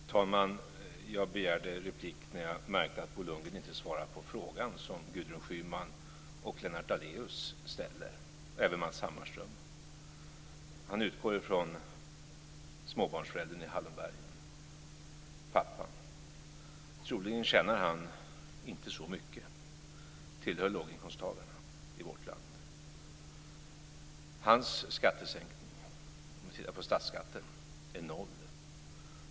Fru talman! Jag begärde replik när jag märkte att Bo Lundgren inte svarade på frågan som Gudrun Schyman och Lennart Daléus, och även Matz Hammarström, ställer. Han utgår ifrån småbarnsföräldern i Hallonbergen - pappan. Troligen tjänar han inte så mycket och tillhör låginkomsttagarna i vårt land. Hans skattesänkning, om vi tittar på statsskatten, är noll.